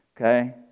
okay